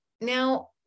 now